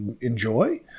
enjoy